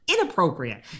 inappropriate